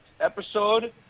episode